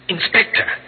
Inspector